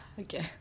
Okay